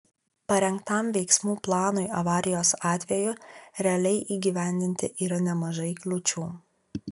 parengtam veiksmų planui avarijos atveju realiai įgyvendinti yra nemažai kliūčių